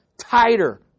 tighter